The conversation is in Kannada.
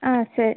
ಹಾಂ ಸರ್